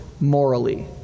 morally